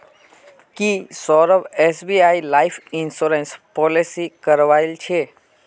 की Saurabh SBI life insurance policy करवइल छि